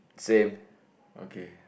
okay